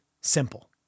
Simple